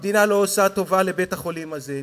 המדינה לא עושה טובה לבית-החולים הזה,